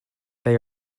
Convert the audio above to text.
they